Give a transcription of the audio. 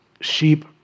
sheep